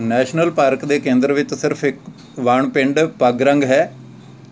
national park ਦੇ ਕੇਂਦਰ ਵਿੱਚ ਸਿਰਫ ਇੱਕ ਵਣ ਪਿੰਡ ਪਗਰੰਗ ਹੈ